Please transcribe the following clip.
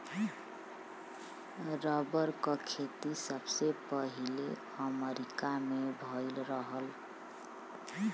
rubber क खेती सबसे पहिले अमरीका में भयल रहल